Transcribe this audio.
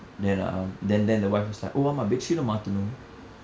then um then then the wife was like oh ஆமாம்:aamam bedsheet eh மாற்றனும்:matranuum